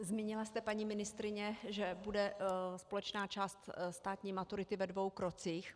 Zmínila jste, paní ministryně, že bude společná část státní maturity ve dvou krocích.